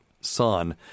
son